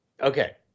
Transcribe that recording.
Okay